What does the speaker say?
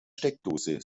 steckdose